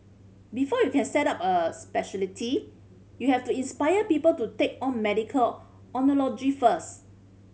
before you can set up a speciality you have to inspire people to take on medical oncology first